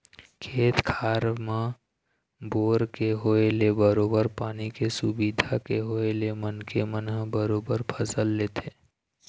खेत खार म बोर के होय ले बरोबर पानी के सुबिधा के होय ले मनखे मन ह बरोबर फसल लेथे